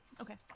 Okay